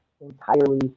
entirely